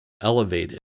elevated